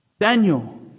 Daniel